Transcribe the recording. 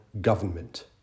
government